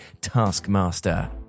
Taskmaster